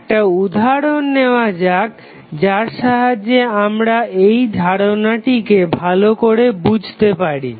একটা উদাহরণ নেওয়া যাক যার সাহায্যে আমরা এই ধারণাটিকে ভালো করে বুঝতে পারি